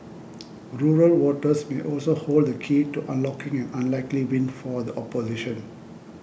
rural voters may also hold the key to unlocking an unlikely win for the opposition